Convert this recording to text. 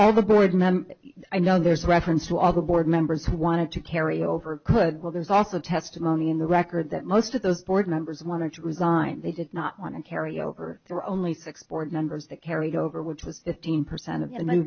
all the board members i know there's reference to all the board members who wanted to carry over could well there's also testimony in the record that most of those board members wanted to resign they did not want to carry over for only six board members that carried over which was fifteen percent of the new